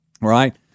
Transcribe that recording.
Right